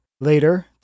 Later